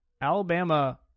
Alabama